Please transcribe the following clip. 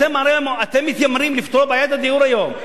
אתם הרי מתיימרים לפתור את בעיית הדיור היום.